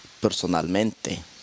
personalmente